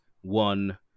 One